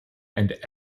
and